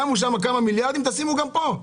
שמו שם כמה מיליארדים, תשימו גם פה.